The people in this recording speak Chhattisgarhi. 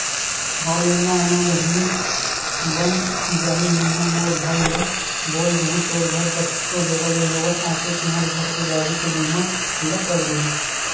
हव लेना ना बहिनी बन जाही मेंहा मोर भाई ल बोल दुहूँ तोर घर कतको बेरा ले होवय आके तुंहर घर के गाड़ी के बीमा ल कर दिही